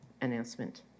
announcement